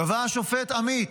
קבע השופט עמית,